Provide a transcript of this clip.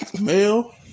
male